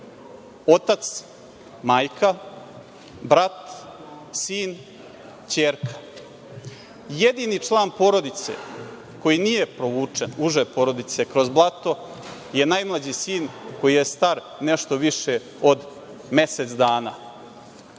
Otac, majka, brat, sin, ćerka. Jedini uži član porodice koji nije provučen kroz blato je najmlađi sin koji je star nešto više od mesec dana.